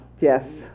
yes